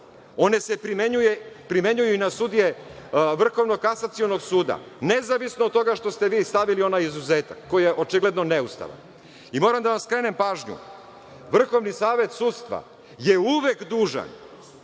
one se primenjuju i na sudije Vrhovnog kasacionog suda, nezavisno od toga što ste vi stavili onaj izuzetak koji je očigledno neustavan. Moram da vam skrenem pažnju, Vrhovni savet sudstva je uvek dužan